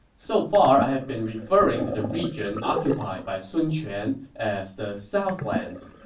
so far, i have been referring to the region occupied by sun quan as the southlands.